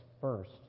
first